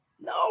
No